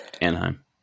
Anaheim